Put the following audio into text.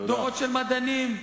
דורות של מדענים,